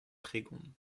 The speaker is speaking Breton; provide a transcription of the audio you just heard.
tregont